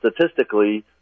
statistically